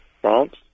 France